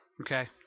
Okay